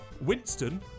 Winston